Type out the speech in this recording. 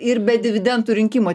ir be dividentų rinkimo